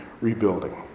rebuilding